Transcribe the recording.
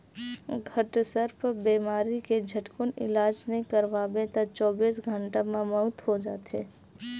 घटसर्प बेमारी के झटकुन इलाज नइ करवाबे त चौबीस घंटा म मउत हो जाथे